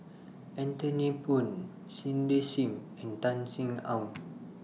Anthony Poon Cindy SIM and Tan Sin Aun